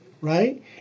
right